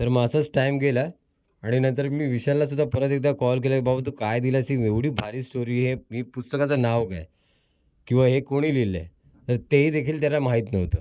तर मग असंच टाईम गेला आणि नंतर मी विशाललासुद्धा परत एकदा कॉल केला की बाबा तू काय दिलं आहेस हे एवढी भारी स्टोरी आहे की पुस्तकाचं नाव काय किंवा हे कोणी लिहिलं आहे तर तेही देखील त्याला माहीत नव्हतं